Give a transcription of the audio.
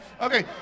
Okay